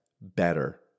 better